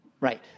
Right